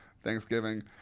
Thanksgiving